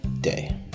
day